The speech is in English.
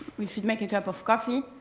we should make a cup of coffee.